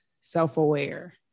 self-aware